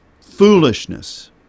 foolishness